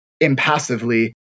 impassively